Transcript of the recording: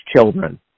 children